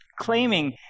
claiming